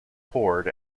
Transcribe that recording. poured